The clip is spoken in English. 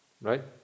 right